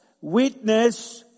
witness